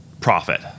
profit